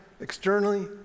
externally